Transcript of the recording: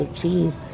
cheese